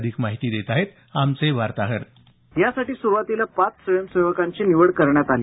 अधिक माहिती देत आहे आमचे वार्ताहर यासाठी सुरुवातील पाच स्वयंसेवकांची निवड करण्यात आली